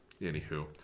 anywho